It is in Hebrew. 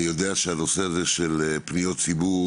אני יודע שהנושא הזה של פניות ציבור